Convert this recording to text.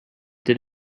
did